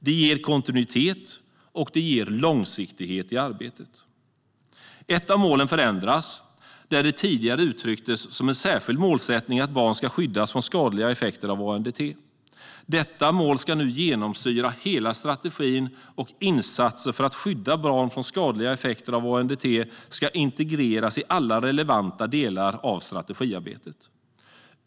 Det ger kontinuitet och långsiktighet i arbetet. Ett av målen förändras. Där uttrycktes det tidigare som en särskild målsättning att barn ska skyddas från skadliga effekter av ANDT. Detta mål ska nu genomsyra hela strategin, och insatser för att skydda barn från skadliga effekter av ANDT ska integreras i alla relevanta delar av strategiarbetet.